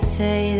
say